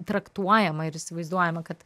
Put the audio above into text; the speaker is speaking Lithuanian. traktuojama ir įsivaizduojama kad